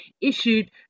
issued